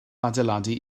adeiladu